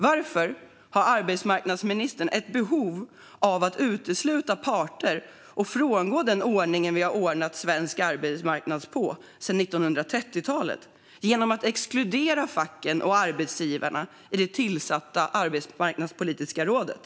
Varför har arbetsmarknadsministern ett behov av att utesluta parterna och frångå ordningen på svensk arbetsmarknad sedan 1930-talet genom att exkludera facken och arbetsgivarna i det tillsatta arbetsmarknadspolitiska rådet?